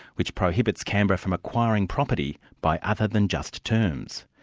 which prohibits canberra from acquiring property by other than just terms.